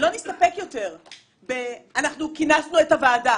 להסתפק יותר ב"כינסנו את הוועדה"